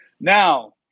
Now